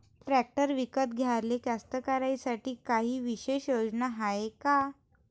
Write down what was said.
Tractor विकत घ्याले कास्तकाराइसाठी कायी विशेष योजना हाय का?